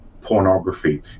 pornography